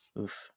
oof